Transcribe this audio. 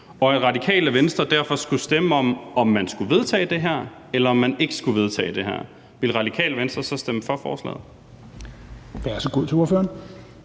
og at Radikale Venstre derfor skulle stemme om, om man skulle vedtage det her, eller om man ikke skulle vedtage det her? Ville Radikale Venstre så stemme for forslaget?